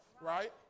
right